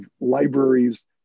libraries